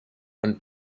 und